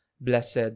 blessed